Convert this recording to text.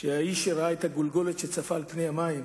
האיש שראה את הגולגולת שצפה על פני המים